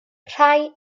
rhai